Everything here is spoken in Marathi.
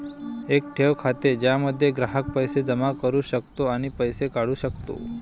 एक ठेव खाते ज्यामध्ये ग्राहक पैसे जमा करू शकतो आणि पैसे काढू शकतो